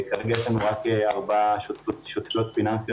כרגע יש לנו רק ארבע שותפויות פיננסיות